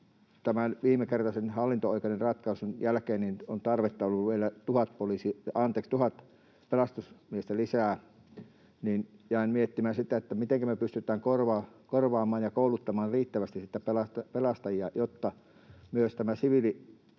tämän viimekertaisen hallinto-oikeuden ratkaisun jälkeen on tarvetta ollut vielä 1 000 pelastusmiehelle lisää. Jäin miettimään sitä, mitenkä me pystytään korvaamaan ja kouluttamaan riittävästi pelastajia, jotta myös tämä siviilissä